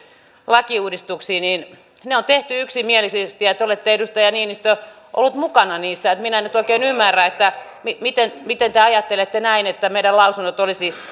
lakiuudistuksiin niin ne on tehty yksimielisesti ja ja te olette edustaja niinistö ollut mukana niissä eli minä en nyt oikein ymmärrä miten miten te ajattelette näin että meidän lausuntomme olisivat